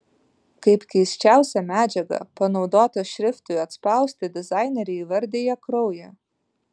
kaip keisčiausią medžiagą panaudotą šriftui atspausti dizaineriai įvardija kraują